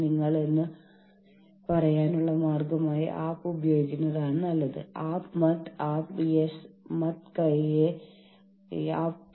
നിങ്ങൾക്ക് സ്ലൈഡുകൾ ലഭിക്കുമ്പോഴെല്ലാം ഈ തന്ത്രത്തിന്റെ വിശദാംശങ്ങൾ പരിശോധിക്കുക